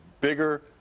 bigger